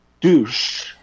douche